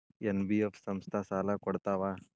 NBF ಸಂಸ್ಥಾ ಸಾಲಾ ಕೊಡ್ತಾವಾ?